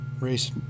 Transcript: race